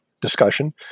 discussion